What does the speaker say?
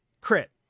crit